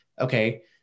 Okay